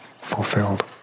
fulfilled